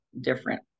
different